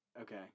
Okay